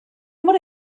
mor